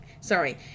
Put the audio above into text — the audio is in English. Sorry